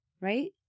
right